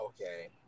okay